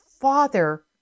Father